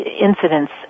incidents